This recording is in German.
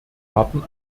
warten